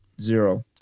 Zero